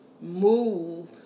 move